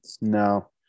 no